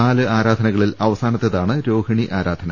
നാല് ആരാധനകളിൽ അവസാനത്തേതാണ് രോഹിണി ആരാധന